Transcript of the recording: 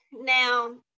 now